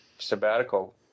sabbatical